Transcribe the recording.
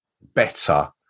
better